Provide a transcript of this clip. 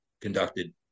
conducted